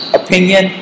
opinion